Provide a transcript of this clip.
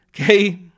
Okay